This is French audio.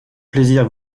plaisir